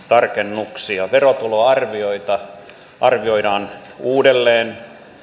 verotuloarvioita arvioidaan uudelleen